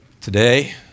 today